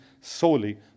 solely